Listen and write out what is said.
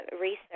research